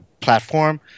platform